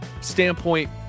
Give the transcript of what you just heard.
standpoint